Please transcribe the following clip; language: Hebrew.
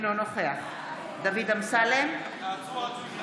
תעצרו עד,